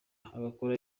agakora